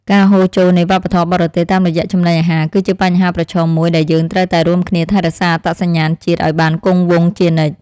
ការហូរចូលនៃវប្បធម៌បរទេសតាមរយៈចំណីអាហារ គឺជាបញ្ហាប្រឈមមួយដែលយើងត្រូវតែរួមគ្នាថែរក្សាអត្តសញ្ញាណជាតិឲ្យបានគង់វង្សជានិច្ច។